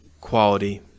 quality